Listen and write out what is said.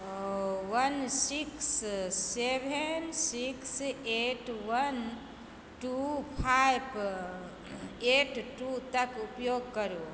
वन six seven six eight one two five eight two तक उपयोग करु